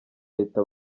leta